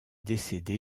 décédé